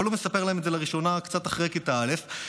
אבל הוא מספר להם את זה לראשונה קצת אחרי כיתה א',